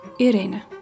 Irene